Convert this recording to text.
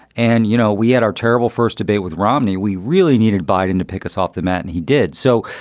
and, you know, we had our terrible first debate with romney. we really needed biden to pick us off the mat, and he did so.